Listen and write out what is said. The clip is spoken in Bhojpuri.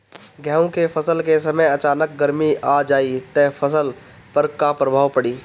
गेहुँ के फसल के समय अचानक गर्मी आ जाई त फसल पर का प्रभाव पड़ी?